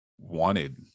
wanted